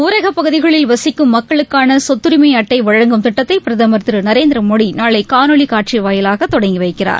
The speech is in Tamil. ஊரகப் பகுதிகளில் வசிக்கும் மக்களுக்கான சொத்தரிமை அட்டை வழங்கும் திட்டத்தை பிரதம் திரு நரேந்திரமோடி நாளை காணொலி காட்சி வாயிலாக தொடங்கி வைக்கிறார்